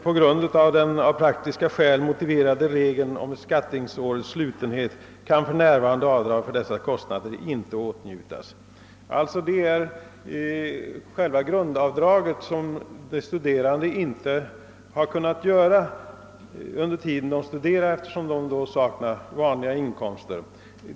På grund av den av praktiska skäl motiverade regeln om beskattningsårets slutenhet kan avdrag för närvarande inte åtnjutas för de aktuella kostnaderna. De studerande har inte kunnat göra något grundavdrag under den tid som de studerat, eftersom de saknat vanliga inkomster.